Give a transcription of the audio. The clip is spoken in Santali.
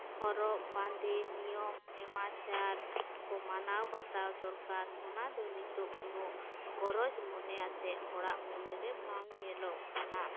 ᱦᱚᱨᱚᱜ ᱵᱟᱸᱫᱮ ᱱᱤᱭᱚᱢ ᱱᱮᱢᱟᱪᱟᱨ ᱢᱟᱱᱟᱣ ᱵᱟᱛᱟᱣ ᱫᱚᱨᱠᱟᱨ ᱚᱱᱟᱫᱚ ᱱᱤᱛᱳᱜ ᱩᱱᱟᱹᱜ ᱜᱚᱨᱚᱡᱽ ᱢᱚᱱᱮ ᱟᱛᱮ ᱦᱚᱲᱟᱜ ᱢᱚᱱᱮᱨᱮ ᱵᱟᱝ ᱧᱮᱞᱚᱜ ᱠᱟᱱᱟ